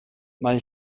mae